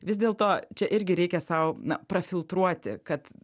vis dėlto čia irgi reikia sau na prafiltruoti kad